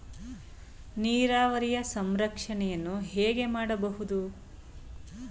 ನೀರಾವರಿಯ ಸಂರಕ್ಷಣೆಯನ್ನು ಹೇಗೆ ಮಾಡಬಹುದು?